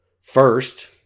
First